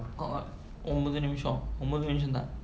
uh ஒம்பது நிமிசம் ஒம்போது நிமிசந்தா:ombathu nimisam ombothu nimisanthaa